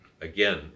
Again